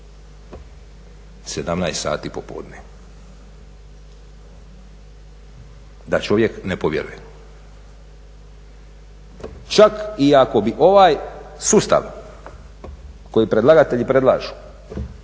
17 sati popodne da čovjek ne povjeruje. Čak i ako bi ovaj sustav koji predlagatelji predlažu